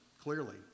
clearly